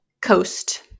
coast